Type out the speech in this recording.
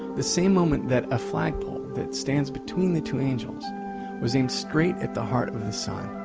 the same moment that a flag pole that stands between the two angels was aimed straight at the heart of the sun.